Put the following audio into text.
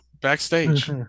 backstage